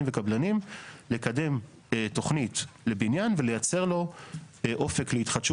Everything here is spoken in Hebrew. וקבלנים לקדם תוכנית לבניין ולייצר לו אופק להתחדשות